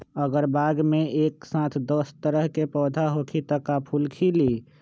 अगर बाग मे एक साथ दस तरह के पौधा होखि त का फुल खिली?